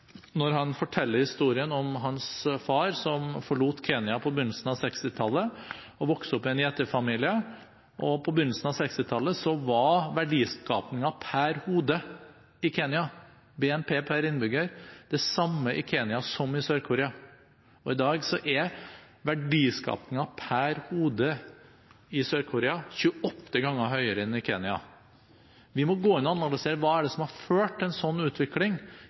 når han forteller historien om sin far, som forlot Kenya på begynnelsen av 1960-tallet. Han vokste opp i en gjeterfamilie. På begynnelsen av 1960-tallet var verdiskapingen per hode – BNP per innbygger – det samme i Kenya som i Sør-Korea. I dag er verdiskapingen per hode i Sør-Korea 28 ganger høyere enn i Kenya. Vi må gå inn og analysere: Hva er det som har ført til en sånn utvikling